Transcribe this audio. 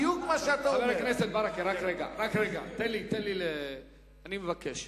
רק רגע, אני מבקש.